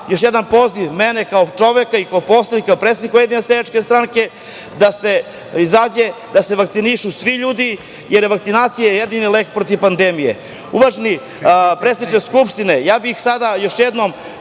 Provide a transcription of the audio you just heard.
jedan poziv mene kao čoveka i kao poslanika, predsednika Ujedinjene seljačke stranke, da se izađe, da se vakcinišu svi ljudi, jer vakcinacija je jedini lek protiv pandemije. Uvaženi predsedniče Skupštine, sada bih još jednom,